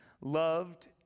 loved